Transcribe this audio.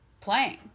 playing